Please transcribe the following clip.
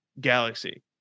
galaxy